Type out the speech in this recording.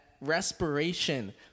respiration